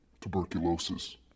Tuberculosis